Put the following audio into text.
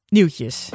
Nieuwtjes